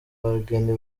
abageni